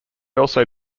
also